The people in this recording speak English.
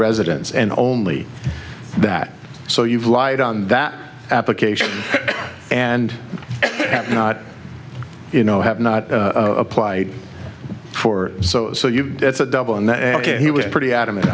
residence and only that so you've lied on that application and that not you know have not applied for so so you it's a double and he was pretty adamant